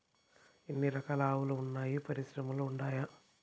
ఎన్ని రకాలు ఆవులు వున్నాయి పరిశ్రమలు ఉండాయా?